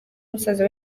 musaza